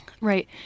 Right